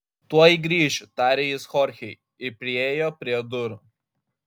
tuoj grįšiu tarė jis chorchei ir priėjo prie durų